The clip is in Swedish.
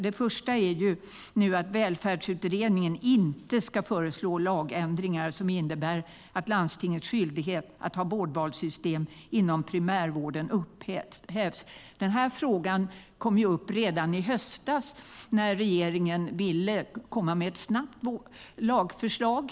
Det första vi tar upp är att Välfärdsutredningen inte ska föreslå lagändringar som innebär att landstingens skyldighet att ha vårdvalssystem inom primärvården upphävs. Den här frågan kom upp redan i höstas, när regeringen ville komma med ett snabbt lagförslag.